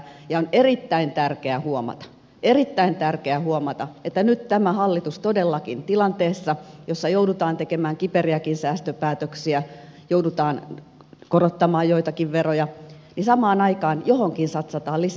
ja on erittäin tärkeää huomata erittäin tärkeää huomata että nyt tämä hallitus todellakin tilanteessa jossa joudutaan tekemään kiperiäkin säästöpäätöksiä joudutaan korottamaan joitakin veroja samaan aikaan johonkin satsaa lisää